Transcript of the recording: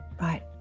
Right